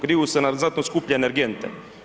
Griju se na zato skuplje energente.